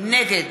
נגד